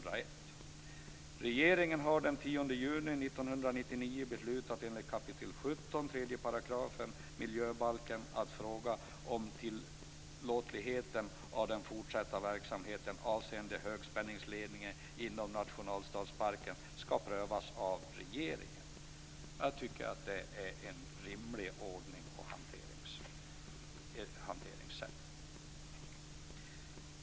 Regeringen har den 10 juni 1999 beslutat enligt 17 kap. 3 § miljöbalken att frågan om tillåtligheten av den fortsatta verksamheten avseende högspänningsledningen inom nationalstadsparken ska prövas av regeringen. Jag tycker att detta är en rimlig ordning och ett rimligt hanteringssätt.